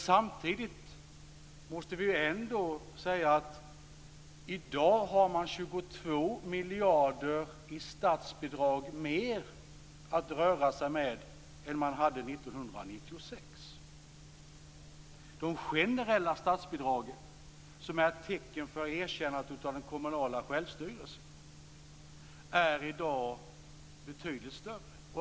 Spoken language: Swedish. Samtidigt måste vi ändå säga att man i dag har 22 miljarder mer i statsbidrag att röra sig med än vad man hade 1996. De generella statsbidragen, som är ett tecken på erkännandet av den kommunala självstyrelsen, är i dag betydligt större.